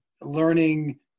learning